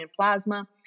plasma